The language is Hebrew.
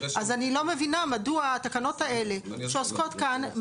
אז אני לא מבינה מדוע התקנות האלה שעוסקות כאן,